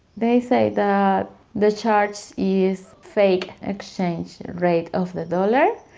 they say that the charge is fake exchange rate of the dollar,